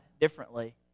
differently